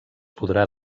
podrà